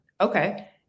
Okay